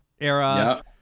era